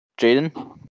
Jaden